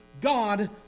God